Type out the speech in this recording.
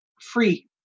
free